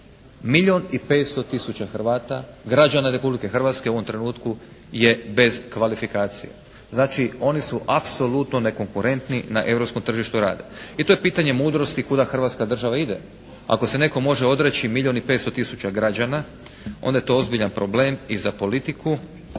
milijun i 500 tisuća Hrvata građana Republike Hrvatske u ovom trenutku je bez kvalifikacije. Znači oni su apsolutno nekonkurentni na europskom tržištu rada. I to je pitanje mudrosti kuda Hrvatska država ide? Ako se netko može odreći milijun i 500 tisuća građana onda je to ozbiljan problem i za politiku i za sve